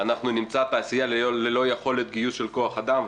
אנחנו נמצא תעשייה ללא יכולת גיוס של כוח אדם,